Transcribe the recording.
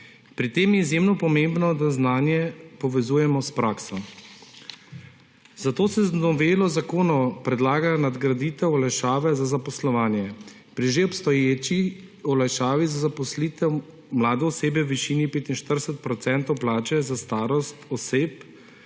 Pri tem je izjemno pomembno, da znanje povezujemo s prakso. Zato se z novelo zakona predlaga nadgraditev olajšave za zaposlovanje. Pri že obstoječi olajšavi za zaposlitev mlade osebe v višini 45 % plače za starost oseb,